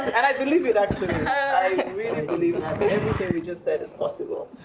and i believe it, actually. i really believe that. everything we just said is possible.